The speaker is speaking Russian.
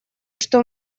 что